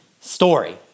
story